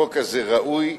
החוק הזה ראוי,